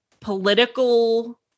political